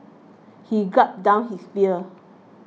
he gulped down his beer